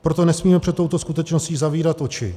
Proto nesmíme před touto skutečností zavírat oči.